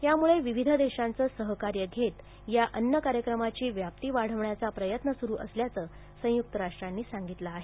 त्यामुळं विविध देशांचं सहकार्य घेत या अन्न कार्यक्रमाची व्याप्ती वाढवण्याचा प्रयत्न सुरू असल्याचं संयुक्त राष्ट्रांनी सांगितलं आहे